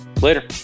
Later